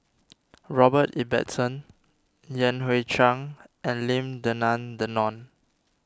Robert Ibbetson Yan Hui Chang and Lim Denan Denon